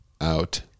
out